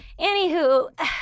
Anywho